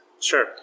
Sure